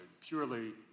purely